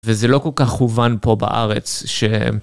וזה לא כל כך הובן פה בארץ ש...